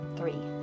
Three